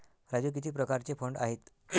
राजू किती प्रकारचे फंड आहेत?